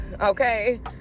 Okay